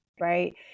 right